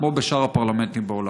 כמו בשאר הפרלמנטים בעולם.